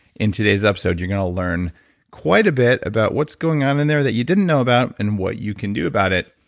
in today's episode you're going to learn quite a bit about what's going on in there that you didn't know about and what you can do about it.